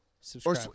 Subscribe